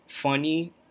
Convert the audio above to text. funny